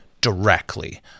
directly